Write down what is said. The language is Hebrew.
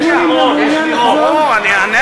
האם חבר הכנסת שמולי מעוניין לחזור, יש לי עוד.